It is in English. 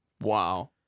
Wow